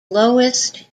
lowest